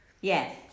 Yes